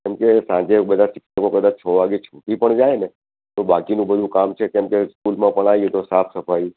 કેમ કે સાંજે બધા શિક્ષકો કદાચ છ વાગે છૂટી પણ જાય ને તો બાકીનું બધું કામ છે ને કેમ કે સ્કૂલમાં પણ આવીએ તો સાફ સફાઈ